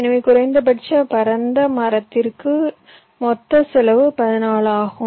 எனவே குறைந்தபட்ச பரந்த மரத்திற்கு மொத்த செலவு 14 ஆகும்